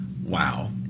Wow